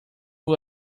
who